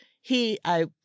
he—I